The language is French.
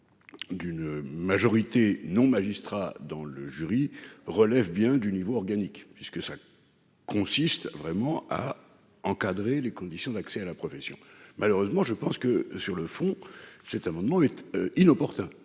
D'une majorité non magistrats dans le jury relève bien du niveau organique puisque ça. Consiste vraiment à encadrer les conditions d'accès à la profession. Malheureusement je pense que sur le fond, cet amendement. Inopportun.